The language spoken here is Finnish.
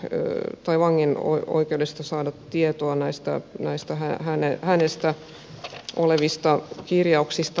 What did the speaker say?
edelleen kysyi vangin oikeudesta saada tietoa näistä hänestä olevista kirjauksista